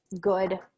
good